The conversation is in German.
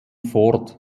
ford